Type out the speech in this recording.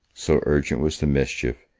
so urgent was the mischief,